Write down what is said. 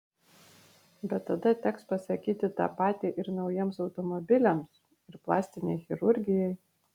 bet tada teks pasakyti tą patį ir naujiems automobiliams ir plastinei chirurgijai